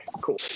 cool